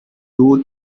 two